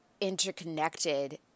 interconnected